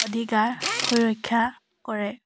অধিকাৰ সুৰক্ষা কৰে